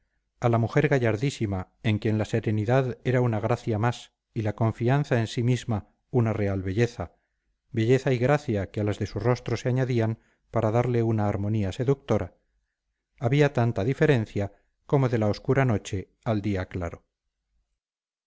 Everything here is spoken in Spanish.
a la mujer gallardísima en quien la serenidad era una gracia más y la confianza en sí misma una real belleza belleza y gracia que a las de su rostro se añadían para darle una armonía seductora había tanta diferencia como de la obscura noche al día claro